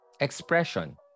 expression